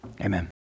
Amen